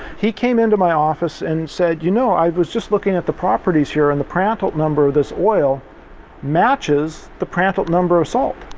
he came into my office and said, you know, i was just looking at the properties here and the prandtl number of this oil matches the prandtl number of salt.